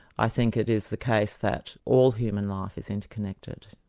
i think it is the case that all human life is interconnected.